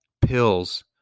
pills